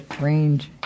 Range